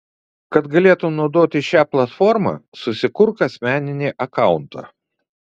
kad galėtum naudotis šia platforma susikurk asmeninį akauntą